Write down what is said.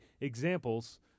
examples